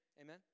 Amen